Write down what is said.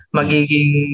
magiging